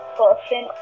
person